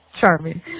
charming